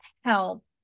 help